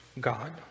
God